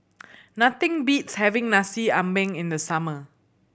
nothing beats having Nasi Ambeng in the summer